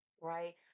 right